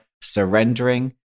surrendering